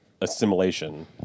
assimilation